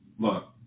Look